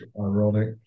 ironic